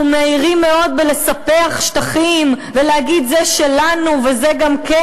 אנחנו מהירים מאוד לספח שטחים ולהגיד: זה שלנו וזה גם כן.